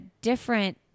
different